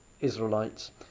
Israelites